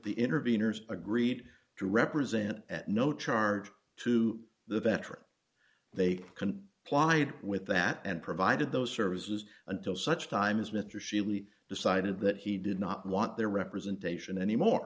the interveners agreed to represent at no charge to the veteran they can apply with that and provided those services until such time as mr sheley decided that he did not want their representation anymore